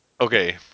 Okay